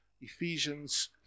Ephesians